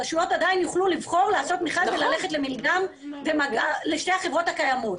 רשויות עדיין יוכלו לבחור לעשות מכרז וללכת לשתי החברות הקיימות.